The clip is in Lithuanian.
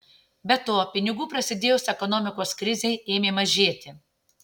be to pinigų prasidėjus ekonomikos krizei ėmė mažėti